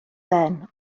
ben